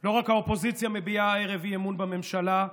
לא רק האופוזיציה מביעה הערב אי-אמון בממשלה,